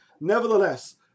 Nevertheless